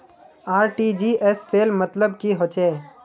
RTGS सेल मतलब की होचए?